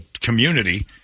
community